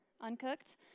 Uncooked